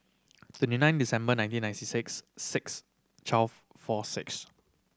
twenty nine December nineteen ninety six six twelve four six